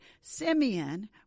Simeon